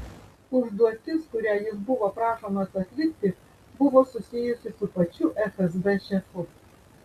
užduotis kurią jis buvo prašomas atlikti buvo susijusi su pačiu fsb šefu